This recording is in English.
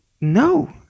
No